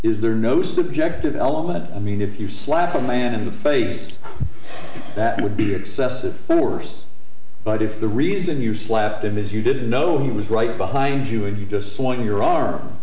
is there no subjective element i mean if you slap a man in the face that would be excessive force but if the reason you slapped him is you didn't know he was right behind you and you just want your arm